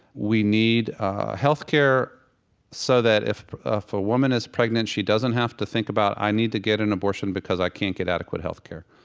we need health care so that if ah a woman is pregnant she doesn't have to think about, i need to get an abortion, because i can't get adequate health care.